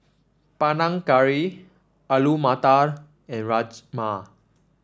Panang Curry Alu Matar and Rajma